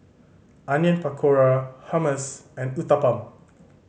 Onion Pakora Hummus and Uthapam